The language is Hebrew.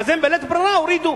ואז, הם בלית ברירה הורידו.